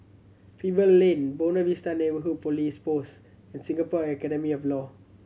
Pebble Lane Buona Vista Neighbourhood Police Post and Singapore Academy of Law